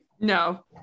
no